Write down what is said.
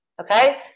okay